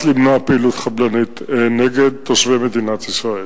למנוע פעילות חבלנית נגד תושבי מדינת ישראל.